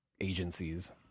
agencies